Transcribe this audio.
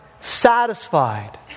satisfied